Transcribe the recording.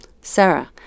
Sarah